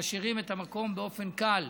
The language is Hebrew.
שמשאירים את המקום באופן קל,